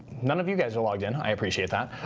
none of you guys are logged in. i appreciate that.